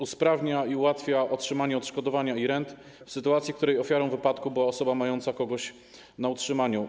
Usprawnia i ułatwia ona otrzymanie odszkodowania i rent w sytuacji, w której ofiarą wypadku była osoba mająca kogoś na otrzymaniu.